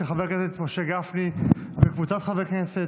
של חבר הכנסת משה גפני וקבוצת חברי כנסת,